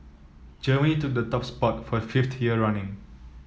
Germany took the top spot for the fifth year running